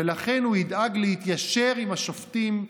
ולכן הוא ידאג להתיישר עם השופטים,